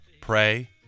pray